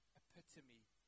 epitome